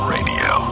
Radio